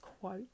quote